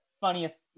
funniest